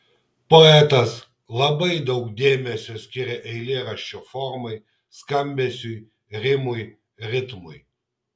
poetas labai daug dėmesio skiria eilėraščio formai skambesiui rimui ritmui